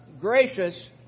gracious